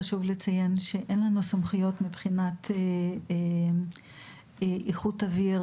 חשוב לציין שאין לנו סמכויות מבחינת איכות אוויר,